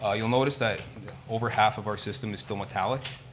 ah you'll notice that over half of our system is still metallic,